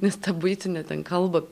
nes tą buitinę ten kalbą